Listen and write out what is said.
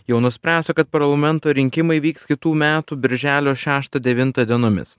jau nuspręsta kad parlamento rinkimai vyks kitų metų birželio šeštą devintą dienomis